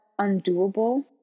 undoable